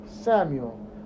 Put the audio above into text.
Samuel